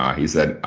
um he said,